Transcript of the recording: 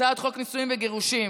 הצעת חוק נישואין וגירושין.